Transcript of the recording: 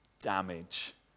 damage